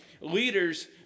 leaders